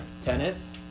Tennis